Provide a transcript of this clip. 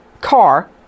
car